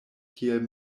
kiel